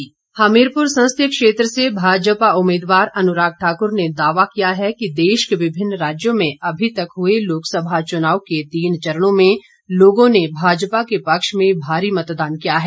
अनुराग ठाकुर हमीरपुर संसदीय क्षेत्र से भाजपा उम्मीदवार अनुराग ठाकुर ने दावा किया है कि देश के विभिन्न राज्यों में अभी तक हुए लोकसभा चुनाव के तीन चरणों में लोगों ने भाजपा के पक्ष में भारी मतदान किया है